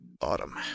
autumn